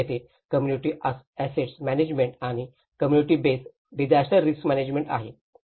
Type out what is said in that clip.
म्हणूनच येथे community asset management आणि community base disaster risk management आहे